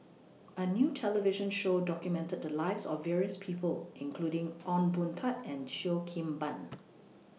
A New television Show documented The Lives of various People including Ong Boon Tat and Cheo Kim Ban